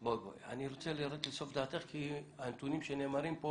אני רוצה לרדת לסוף דעתך כי הנתונים שנאמרים פה